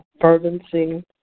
fervency